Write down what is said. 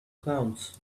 clowns